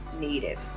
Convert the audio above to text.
needed